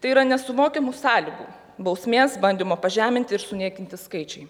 tai yra nesuvokiamų sąlygų bausmės bandymo pažeminti ir suniekinti skaičiai